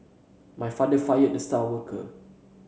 my father fired the star worker